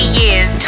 years